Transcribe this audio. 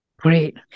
Great